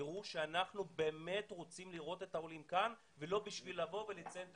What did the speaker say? יראו שאנחנו באמת רוצים לראות את העולים כאן ולא בשביל לבוא ולציין את